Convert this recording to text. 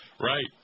right